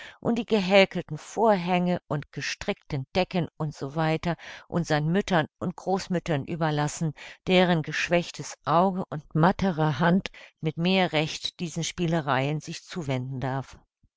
und die gehäkelten vorhänge und gestrickten decken u s w unsern müttern und großmüttern überlassen deren geschwächtes auge und mattere hand mit mehr recht diesen spielereien sich zuwenden darf